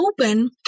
open